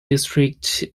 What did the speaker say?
district